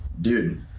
Dude